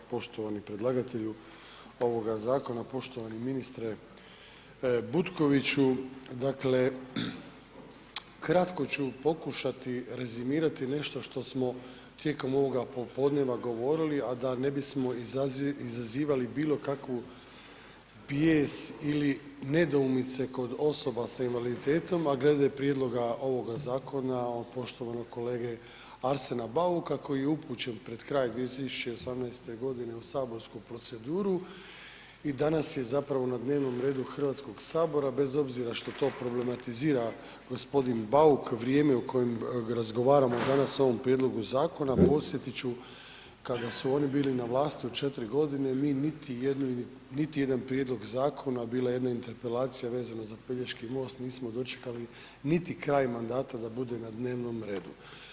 Poštovani predlagatelju ovoga zakona, poštovani ministre Butkoviću, dakle kratko ću pokušati rezimirati nešto što smo ovoga popodneva govorili, a da ne bismo izazivali bilo kakvu bijes ili nedoumice kod osoba sa invaliditetom, a glede prijedloga ovoga zakona od poštovanog kolege Arsena Bauka koji je upućen pred kraj 2018. godine u saborsku proceduru i danas je zapravo na dnevnom redu Hrvatskog sabora bez obzira što to problematizira gospodin Bauk, vrijeme u koje razgovaramo danas o ovom prijedlogu zakona podsjetit ću kada su oni bili na vlasti u 4 godine, mi niti jedan prijedlog zakona, bila je jedna interpelacija vezano za Pelješki most nismo dočekali niti kraj mandata da bude na dnevnom redu.